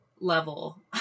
level